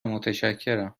متشکرم